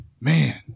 Man